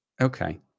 Okay